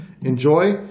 Enjoy